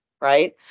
right